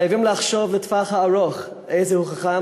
חייבים לחשוב לטווח הארוך: איזהו חכם,